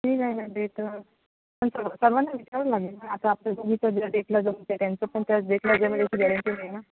ठीक आहे ना डेट पण सर् सर्वांना विचार लागेल ना आता आपलं दोघीचं ज्या डेटला जाऊन त्या त्यांचं पण त्या डेटला जमेल याची गॅरंटी नाही ना